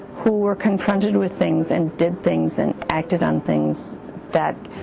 who were confronted with things and did things and acted on things that